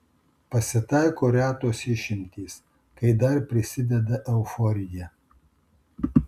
pasitaiko retos išimtys kai dar prisideda euforija